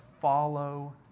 follow